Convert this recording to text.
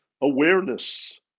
awareness